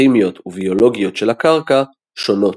כימיות וביולוגיות של הקרקע שונות.